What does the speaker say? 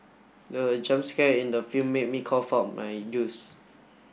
the jump scare in the film made me cough out my juice